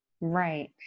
Right